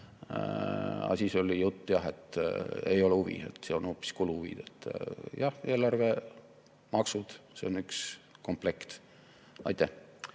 Aga siis oli jutt, et ei ole huvi, on hoopis kuluhuvid. Jah, eelarvemaksud on üks komplekt. Aitäh!